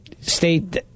state